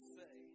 say